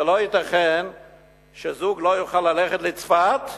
זה לא ייתכן שזוג לא יוכל ללכת לצפת,